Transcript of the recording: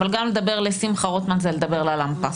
אבל גם לדבר לשמחה רוטמן זה לדבר ל"למפה".